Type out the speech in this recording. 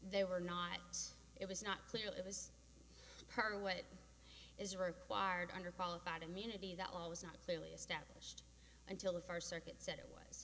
they were not it was not clear it was per what is required under qualified immunity that was not clearly established until the first circuit said